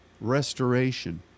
restoration